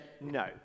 no